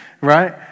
Right